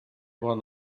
bon